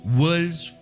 worlds